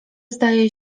zdaje